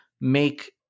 make